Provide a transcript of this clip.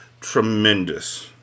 tremendous